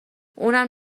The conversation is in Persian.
اونم